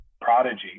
prodigy